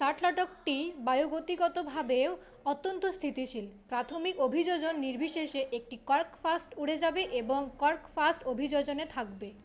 শাটলককটি বায়ুগতিগতভাবেও অত্যন্ত স্থিতিশীল প্রাথমিক অভিযোজন নির্বিশেষে এটি কর্ক ফার্স্ট উড়ে যাবে এবং কর্ক ফার্স্ট অভিযোজনে থাকবে